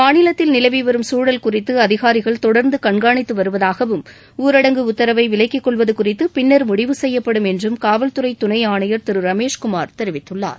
மாநிலத்தில் நிலவிவரும் சூழல் குறித்து அதிகாரிகள் தொடர்ந்து கண்காணித்து வருவதாகவும் ஊரடங்கு உத்தரவை விலக்கிக் கொள்வது குறித்து பின்னர் முடிவு செய்யப்படும் என்றுகாவல்துறை துணை ஆணையர் திரு ரமேஷ்குமார் தெரிவித்துள்ளார்